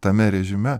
tame režime